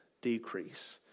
decrease